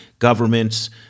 governments